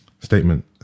statement